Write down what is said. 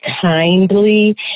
kindly